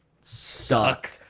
stuck